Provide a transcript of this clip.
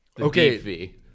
Okay